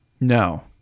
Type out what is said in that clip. no